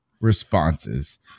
responses